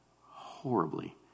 horribly